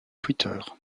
twitter